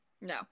No